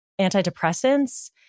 antidepressants